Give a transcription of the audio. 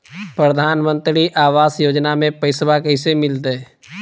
प्रधानमंत्री आवास योजना में पैसबा कैसे मिलते?